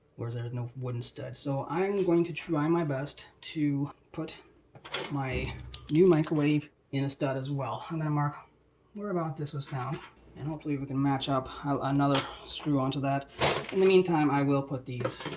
where there's no wooden stud. so i'm going to try my best to put my new microwave in a stud as well. i'm gonna mark where about this was found and hopefully we can match up another screw onto that. in the meantime i will put these